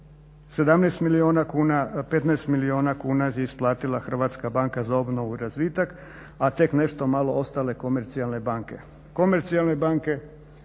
17 milijuna kuna 15 milijuna kuna je isplatila Hrvatska banka za obnovu i razvitak, a tek nešto malo ostale komercijalne banke.